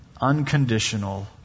Unconditional